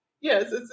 yes